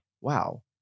wow